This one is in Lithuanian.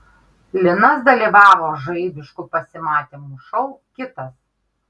linas dalyvavo žaibiškų pasimatymų šou kitas